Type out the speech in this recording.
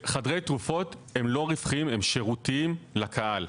חדרי תרופות הם לא רווחיים, הם שירותיים לקהל.